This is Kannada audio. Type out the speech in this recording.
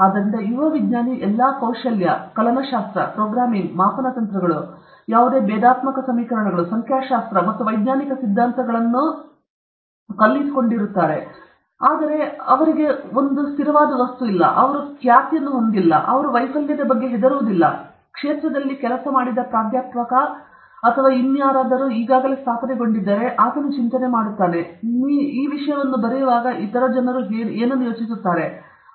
ಆದ್ದರಿಂದ ಯುವ ವಿಜ್ಞಾನಿ ಎಲ್ಲಾ ಕೌಶಲ್ಯ ಕಲನಶಾಸ್ತ್ರ ಪ್ರೋಗ್ರಾಮಿಂಗ್ ಸರಿ ಮಾಪನ ತಂತ್ರಗಳು ಯಾವುದೇ ಭೇದಾತ್ಮಕ ಸಮೀಕರಣಗಳು ಸಂಖ್ಯಾಶಾಸ್ತ್ರ ಮತ್ತು ವೈಜ್ಞಾನಿಕ ಸಿದ್ಧಾಂತಗಳನ್ನು ಹೀಗೆ ಹೊಂದಿದ್ದಾರೆ ಆದರೆ ಅವನಿಗೆ ಒಂದು ಸಾಮಾನು ಇಲ್ಲ ಅವರು ಖ್ಯಾತಿಯನ್ನು ಹೊಂದಿಲ್ಲ ಅವರು ವೈಫಲ್ಯದ ಬಗ್ಗೆ ಹೆದರುವುದಿಲ್ಲ ಆದರೆ ಕ್ಷೇತ್ರದಲ್ಲಿ ಕೆಲಸ ಮಾಡಿದ್ದ ಪ್ರಾಧ್ಯಾಪಕ ಅಥವಾ ಯಾರಾದರೂ ಈಗಾಗಲೇ ಸ್ಥಾಪನೆಗೊಂಡಿದ್ದರೆ ಆತನು ಚಿಂತೆ ಮಾಡುತ್ತಾನೆ ನೀವು ಈ ವಿಷಯವನ್ನು ಬರೆಯುವಾಗ ಇತರ ಜನರು ಏನನ್ನು ಯೋಚಿಸುತ್ತಾರೆ